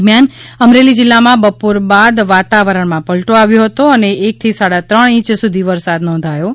દરમ્યાન અમરેલી જિલ્લામાં બપોર બાદ વાતાવરણમાં પલ્ટો આવ્યો હતો અને એકથી સાડા ત્રણ ઈંચ સુધી વરસાદ નોંધાયો છે